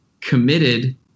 committed